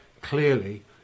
clearly